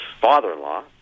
father-in-law